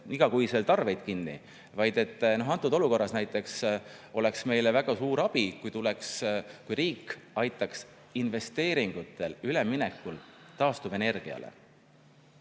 igakuiselt arveid kinni, vaid et antud olukorras näiteks oleks meile väga suur abi, kui riik aitaks investeeringutega üleminekul taastuvenergiale.